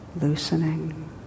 loosening